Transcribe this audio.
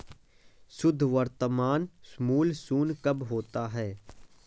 शुद्ध वर्तमान मूल्य शून्य कब होता है?